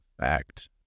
fact